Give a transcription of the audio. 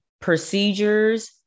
procedures